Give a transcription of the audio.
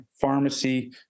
pharmacy